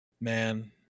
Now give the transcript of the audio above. Man